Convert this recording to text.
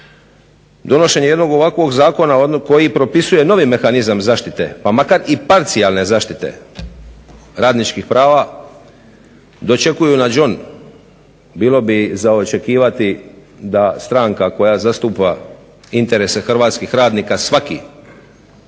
donošenjem jednog ovakvog zakona koji propisuje novi mehanizam zaštite, pa makar i parcijalne zaštite radničkih prava, dočekuju na đon. Bilo bi za očekivati da stranka koja zastupa interese hrvatskih radnika svaki